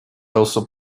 also